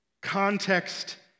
Context